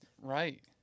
Right